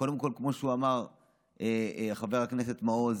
קודם כול, כמו שאמר חבר הכנסת מעוז,